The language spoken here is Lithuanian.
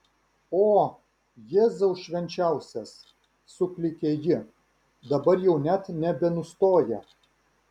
o jėzau švenčiausias suklykė ji dabar jau net nebenustoja